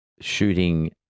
shooting